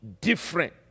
different